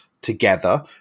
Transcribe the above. together